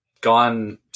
gone